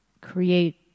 create